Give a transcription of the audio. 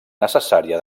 necessària